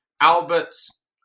Albert's